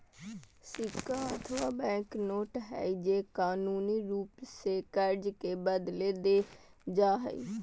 सिक्का अथवा bank note हइ जे कानूनी रूप से कर्ज के बदले देल जा हइ